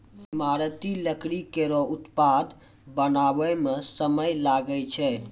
ईमारती लकड़ी केरो उत्पाद बनावै म समय लागै छै